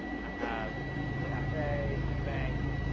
i have just a cafe, and a bank,